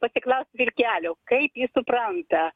pasiklaust vilkelio kaip jis supranta